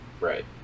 Right